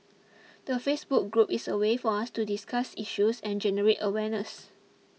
the Facebook group is a way for us to discuss issues and generate awareness